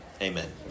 Amen